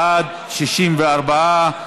בעד, 64,